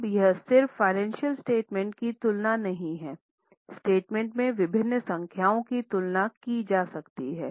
अब यह सिर्फ फ़ाइनेंशियल स्टेटमेंट की तुलना नहीं है स्टेटमेंट में विभिन्न संख्याओं की तुलना की जा सकती हैं